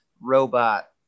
robot